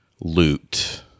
Loot